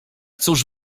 cóż